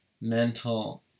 mental